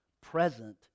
present